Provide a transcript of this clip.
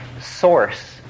source